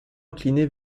incliné